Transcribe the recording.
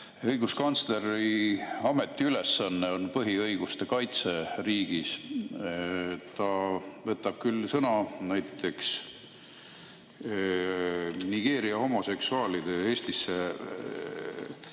Õiguskantsleri ametiülesanne on põhiõiguste kaitse riigis. Ta võtab küll väga teravalt sõna näiteks Nigeeria homoseksuaalide Eestisse